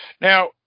Now